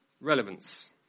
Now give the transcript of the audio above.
relevance